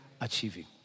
achieving